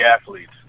athletes